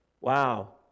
wow